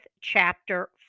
chapter